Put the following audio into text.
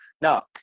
Now